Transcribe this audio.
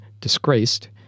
disgraced